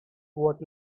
what